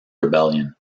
rebellion